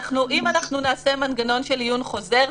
אם אנחנו נעשה מנגנון של עיון חוזר,